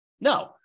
no